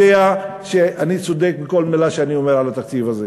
יודע שאני צודק בכל מילה שאני אומר על התקציב הזה.